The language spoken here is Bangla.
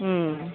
হুম